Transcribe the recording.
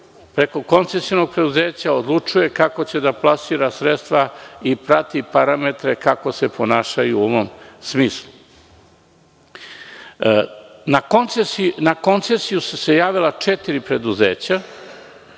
preko koncesionog preduzeća odlučuje kako će da plasira sredstva i prati parametre kako se ponašaju u ovom smislu. Na koncesiju su se javila četiri preduzeća